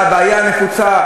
הבעיה הנפוצה,